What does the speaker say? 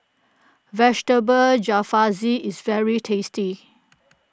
Vegetable Jalfrezi is very tasty